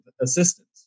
assistance